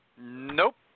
Nope